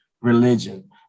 religion